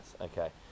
Okay